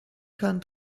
kann